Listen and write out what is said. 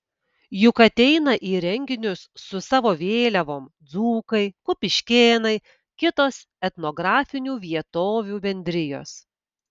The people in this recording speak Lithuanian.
juk ateina į renginius su savo vėliavom dzūkai kupiškėnai kitos etnografinių vietovių bendrijos